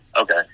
Okay